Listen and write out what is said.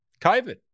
COVID